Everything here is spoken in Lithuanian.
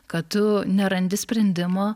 kad tu nerandi sprendimo